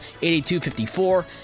82-54